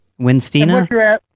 Winstina